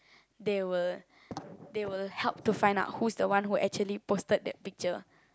they will they will help to find out who's the one who actually posted the picture